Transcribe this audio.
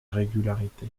régularité